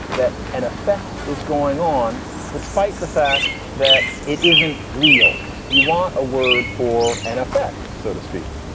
that an effect is going on despite the fact that it isn't real. you want a word for an effect, so to speak?